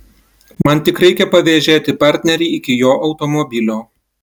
man tik reikia pavėžėti partnerį iki jo automobilio